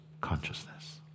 consciousness